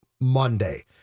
Monday